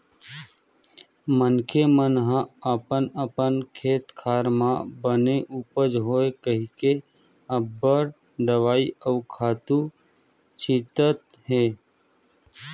मनखे मन ह अपन अपन खेत खार म बने उपज होवय कहिके अब्बड़ दवई अउ खातू छितत हे